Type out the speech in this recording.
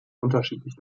unterschiedlich